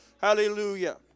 Hallelujah